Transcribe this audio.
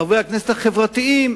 חברי הכנסת החברתיים,